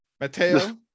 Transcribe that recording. mateo